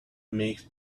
make